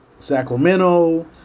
Sacramento